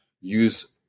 use